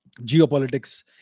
geopolitics